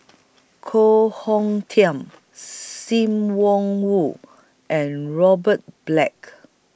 Koh Hong Teng SIM Wong Woo and Robert Black